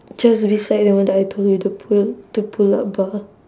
just beside the one that I told you the pull the pull up bar